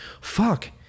fuck